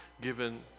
given